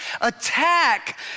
attack